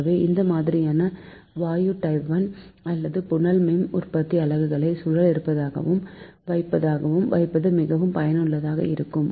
ஆகவே இந்த மாதிரியான வாயு டர்பைன் அல்லது புனல் மின் உற்பத்தி அலகுகளை சுழல் இருப்பாக வைப்பது மிகவும் பயனுள்ளாதாக இருக்கும்